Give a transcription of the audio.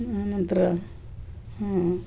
ಆನಂತರ ಹೂ